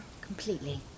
completely